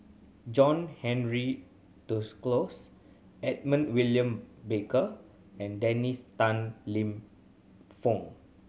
John Henry Duclos Edmund William Barker and Dennis Tan Lip Fong